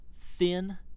thin